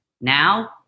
Now